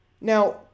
now